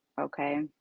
okay